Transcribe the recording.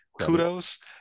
kudos